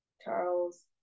Charles